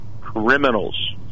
criminals